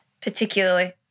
particularly